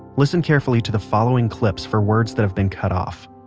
listen carefully to the following clips for words that have been cut off